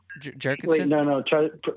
Jerkinson